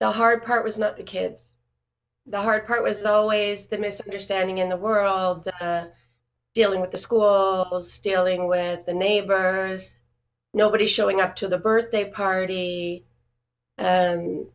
the hard part was not the kids the hard part was always the misunderstanding in the world dealing with the school or stealing with the neighbor nobody showing up to the birthday party